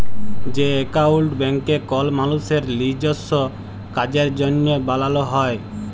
যে একাউল্ট ব্যাংকে কল মালুসের লিজস্য কাজের জ্যনহে বালাল হ্যয়